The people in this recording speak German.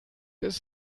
ist